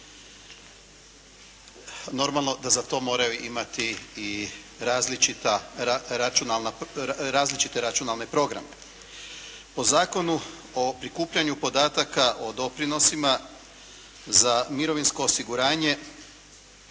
Normalno da za to moraju imati i različite računalne programe. Po Zakonu o prikupljanju podataka o doprinosima za mirovinsko osiguranje